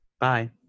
Bye